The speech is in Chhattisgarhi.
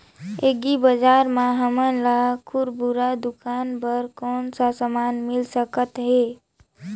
एग्री बजार म हमन ला खुरदुरा दुकान बर कौन का समान मिल सकत हे?